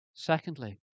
Secondly